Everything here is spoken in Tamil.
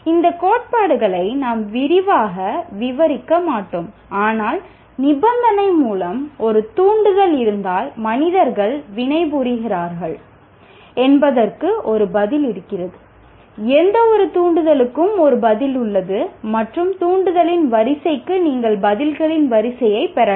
இந்த கோட்பாடுகளை நாம் விரிவாக விவரிக்க மாட்டோம் ஆனால் நிபந்தனை மூலம் ஒரு தூண்டுதல் இருந்தால் மனிதர்கள் வினைபுரிகிறார்கள் என்பதற்கு ஒரு பதில் இருக்கிறது எந்தவொரு தூண்டுதலுக்கும் ஒரு பதில் உள்ளது மற்றும் தூண்டுதலின் வரிசைக்கு நீங்கள் பதில்களின் வரிசையைப் பெறலாம்